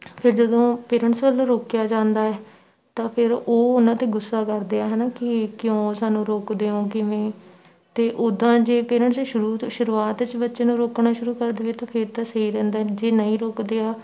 ਫਿਰ ਜਦੋਂ ਪੇਰੈਂਟਸ ਵੱਲੋਂ ਰੋਕਿਆ ਜਾਂਦਾ ਹੈ ਤਾਂ ਫਿਰ ਉਹ ਉਹਨਾਂ 'ਤੇ ਗੁੱਸਾ ਕਰਦੇ ਆ ਹੈ ਨਾ ਕਿ ਕਿਉਂ ਸਾਨੂੰ ਰੋਕਦੇ ਓਂ ਕਿਵੇਂ ਅਤੇ ਉਦਾਂ ਜੇ ਪੇਰੈਂਟਸ ਸ਼ੁਰੂ ਸ਼ੁਰੂਆਤ 'ਚ ਬੱਚੇ ਨੂੰ ਰੋਕਣਾ ਸ਼ੁਰੂ ਕਰ ਦੇਵੇ ਤਾਂ ਫਿਰ ਤਾਂ ਸਹੀ ਰਹਿੰਦਾ ਜੇ ਨਹੀਂ ਰੁਕਦੇ ਆ